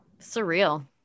surreal